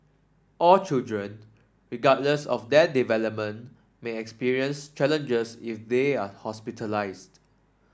all children regardless of their development may challenges if they are hospitalised